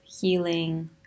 healing